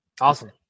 Awesome